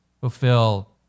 fulfill